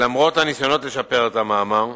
למרות הניסיונות לשפר את המאמר,